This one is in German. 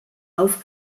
auf